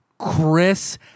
Chris